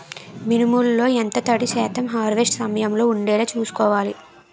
మినుములు లో ఎంత తడి శాతం హార్వెస్ట్ సమయంలో వుండేలా చుస్కోవాలి?